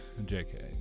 JK